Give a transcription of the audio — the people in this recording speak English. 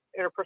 interpersonal